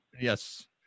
Yes